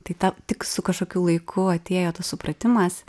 tai ta tik su kažkokiu laiku atėjo tas supratimas